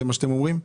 זה מה שאתם אומרים?